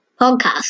podcast